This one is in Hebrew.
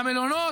למלונות,